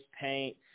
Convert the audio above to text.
paint